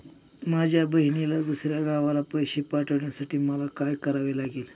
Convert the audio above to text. माझ्या बहिणीला दुसऱ्या गावाला पैसे पाठवण्यासाठी मला काय करावे लागेल?